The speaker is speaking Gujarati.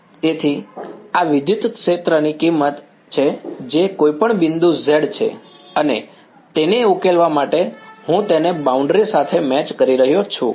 તેથી આ વિદ્યુત ક્ષેત્રની કિંમત છે જે કોઈપણ બિંદુ z છે અને તેને ઉકેલવા માટે હું તેને બાઉંડ્રી સાથે મેચ કરી રહ્યો છું